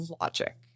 logic